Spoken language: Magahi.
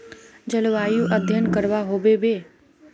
जलवायु अध्यन करवा होबे बे?